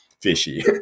fishy